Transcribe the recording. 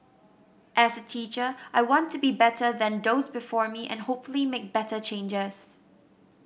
as a teacher I want to be better than those before me and hopefully make better changes